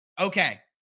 Okay